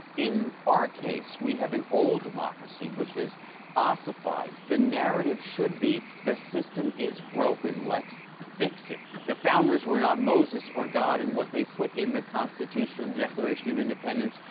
in our case, we have an old democracy, which has ossified. the narrative should be, the system is broken, let's fix it. the founders were not moses or god and what they put in the constitution, the declaration of independence,